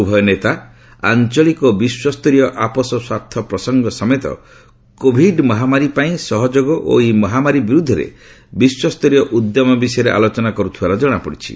ଉଭୟ ନେତା ଆଞ୍ଚଳିକ ଓ ବିଶ୍ୱସ୍ତରୀୟ ଆପୋଷ ସ୍ୱାର୍ଥ ପ୍ରସଙ୍ଗ ସମେତ କୋଭିଡ୍ ମହାମାରୀ ପାଇଁ ସହଯୋଗ ଓ ଏହି ମହାମାରୀ ବିରୁଦ୍ଧରେ ବିଶ୍ୱସ୍ତରୀୟ ଉଦ୍ୟମ ବିଷୟରେ ଆଲୋଚନା କରୁଥିବାର ଜଣାପଡ଼ିଛି